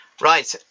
right